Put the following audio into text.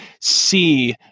see